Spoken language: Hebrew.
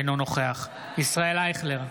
אינו נוכח ישראל אייכלר,